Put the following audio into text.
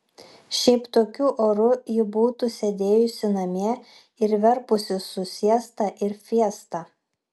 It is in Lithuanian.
šiaip tokiu oru ji būtų sėdėjusi namie ir verpusi su siesta ir fiesta